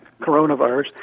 coronavirus